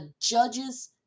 judge's